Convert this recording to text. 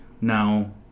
now